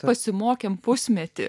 pasimokėme pusmetį